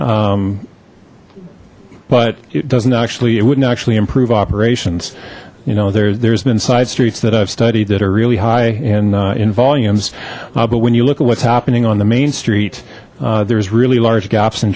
but it doesn't actually it wouldn't actually improve operations you know there there's been side streets that i've studied that are really high in volumes but when you look at what's happening on the main street there's really large gaps in